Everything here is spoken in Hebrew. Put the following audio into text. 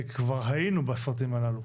כבר היינו בסרטים הללו,